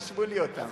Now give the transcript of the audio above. רשמו לי אותם.